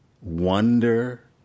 wonder